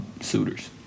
suitors